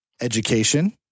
education